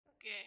Okay